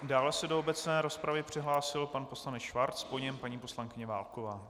Dále se do obecné rozpravy přihlásil pan poslanec Schwarz, po něm paní poslankyně Válková.